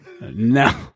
No